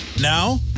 Now